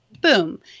Boom